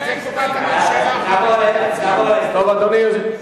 כשאתה קובע את תקרת ההוצאה אתה לא קובע את סדרי העדיפויות.